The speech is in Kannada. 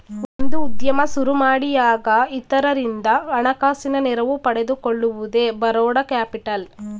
ಒಂದು ಉದ್ಯಮ ಸುರುಮಾಡಿಯಾಗ ಇತರರಿಂದ ಹಣಕಾಸಿನ ನೆರವು ಪಡೆದುಕೊಳ್ಳುವುದೇ ಬರೋಡ ಕ್ಯಾಪಿಟಲ್